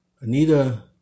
Anita